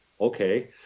okay